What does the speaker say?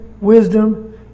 wisdom